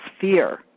fear